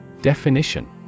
Definition